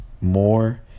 more